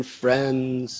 friends